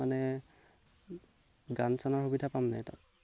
মানে গান চানৰ সুবিধা পাম নাই তাত